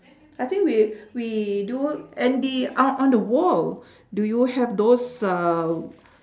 I think we we do and the out on the wall do you have those uhh